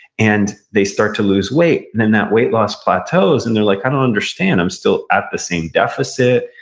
and they start to lose weight, and then that weight loss plateaus, and they're like i don't understand, i'm still at the same deficit,